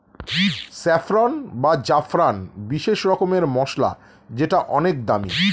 saffron বা জাফরান বিশেষ রকমের মসলা যেটা অনেক দামি